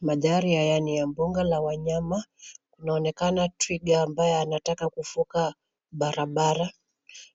Mandhari haya ni ya mbuga la wanyama kunaoneka twiga ambaye anataka kuvuka barabara.